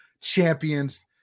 champions